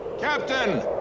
Captain